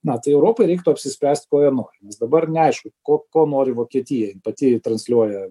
na tai europai reiktų apsispręst ko jie nori nes dabar neaišku ko ko nori vokietija jin pati transliuoja